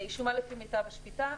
היא שומה לפי מיטב השפיטה.